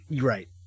Right